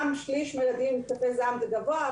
גם שליש מהילדים עם התקפי זעם זה אחוז גבוה,